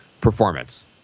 performance